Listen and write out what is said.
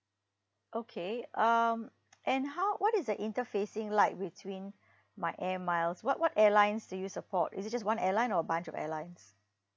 okay um and how what is the interfacing like between my air miles what what airlines do you support is it just one airline or bunch of airlines